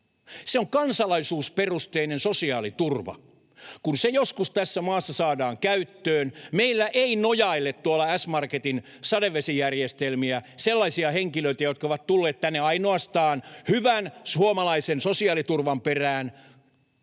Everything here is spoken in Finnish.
se on kansalaisuusperusteinen sosiaaliturva. Kun se joskus tässä maassa saadaan käyttöön, meillä ei nojaile tuolla S-marketin sadevesijärjestelmiin sellaisia henkilöitä, jotka ovat tulleet tänne ainoastaan hyvän suomalaisen sosiaaliturvan perään,